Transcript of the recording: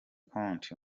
conte